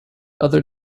other